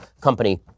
Company